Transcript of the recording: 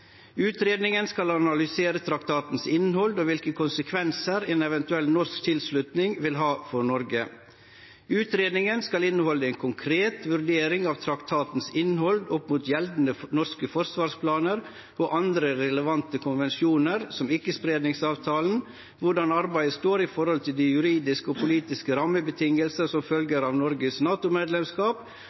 Utredningen skal analysere traktatens innhold og hvilke konsekvenser en eventuell norsk tilslutning vil ha for Norge. Utredningen skal inneholde en konkret vurdering av traktatens innhold opp mot gjeldende norske forsvarsplaner og andre relevante konvensjoner som ikkespredningsavtalen, hvordan avtalen står i forhold til de juridiske og politiske rammebetingelsene som følger av Norges